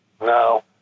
No